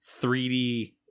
3D